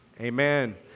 Amen